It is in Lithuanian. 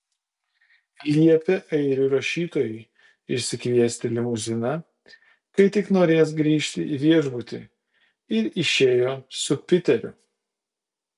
liepė airių rašytojui išsikviesti limuziną kai tik norės grįžti į viešbutį ir išėjo su piteriu